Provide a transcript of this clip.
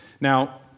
Now